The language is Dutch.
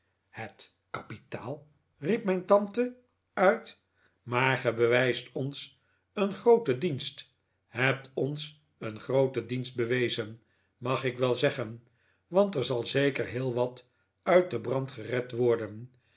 het kapitaal riep mijn tante uit maar gij bewijst ons een grooten dienst hebt ons een grooten dienst bewezen mag ik wel zeggen want er zal zeker heel wat uit den brand gered worden